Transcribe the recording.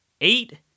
Eight